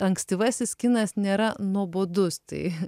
ankstyvasis kinas nėra nuobodus tai